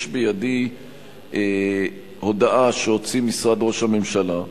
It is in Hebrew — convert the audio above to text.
יש בידי הודעה שהוציא משרד ראש הממשלה,